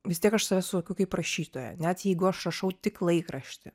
vis tiek aš save suvokiu kaip rašytoją net jeigu aš rašau tik laikraštį